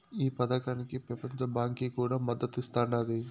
ఈ పదకానికి పెపంచ బాంకీ కూడా మద్దతిస్తాండాది